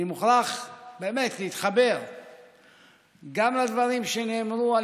אני מוכרח באמת להתחבר גם לדברים שנאמרו על